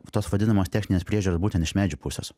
tos vadinamos techninės priežiūros būtent iš medžių pusės